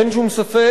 אין שום ספק